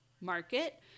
market